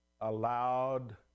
allowed